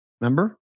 Remember